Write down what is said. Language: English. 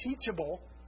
teachable